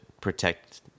protect